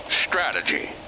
strategy